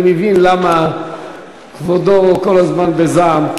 אני מבין למה כבודו כל הזמן בזעם,